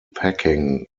packing